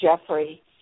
Jeffrey